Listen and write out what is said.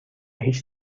هیچ